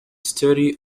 study